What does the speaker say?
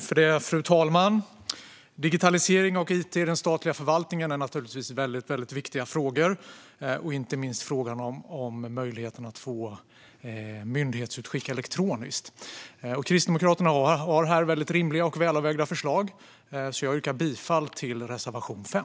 Fru talman! Digitalisering och it i den statliga förvaltningen är naturligtvis mycket viktiga frågor, inte minst frågan om möjligheten att få myndighetsutskick elektroniskt. Kristdemokraterna har mycket rimliga och välavvägda förslag här. Jag yrkar därför bifall till reservation 5.